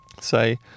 Say